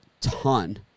ton